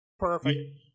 Perfect